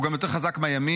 הוא גם יותר חזק מהימין,